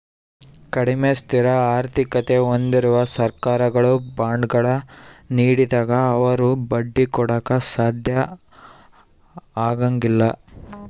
ಕಡಿಮೆ ಸ್ಥಿರ ಆರ್ಥಿಕತೆ ಹೊಂದಿರುವ ಸರ್ಕಾರಗಳು ಬಾಂಡ್ಗಳ ನೀಡಿದಾಗ ಅವರು ಬಡ್ಡಿ ಕೊಡಾಕ ಸಾಧ್ಯ ಆಗಂಗಿಲ್ಲ